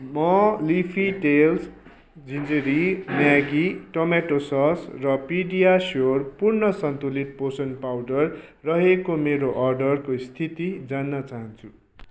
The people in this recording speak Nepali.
म लिफी टेल्स झिन्झिरी म्यागी टम्याटो सस र पिडियास्योर पूर्ण सन्तुलित पोषण पाउडर रहेको मेरो अर्डरको स्थिति जान्न चाहन्छु